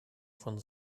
von